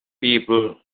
people